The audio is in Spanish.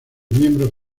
miembros